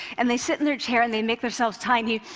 and they sit in their chair and they make themselves tiny,